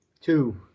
Two